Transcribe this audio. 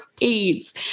AIDS